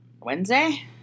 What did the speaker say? Wednesday